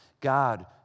God